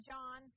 John